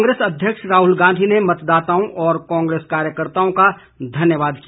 कांग्रेस अध्यक्ष राहुल गांधी ने मतदाताओं और कांग्रेस कार्यकर्ताओं का धन्यवाद किया